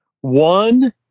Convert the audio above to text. one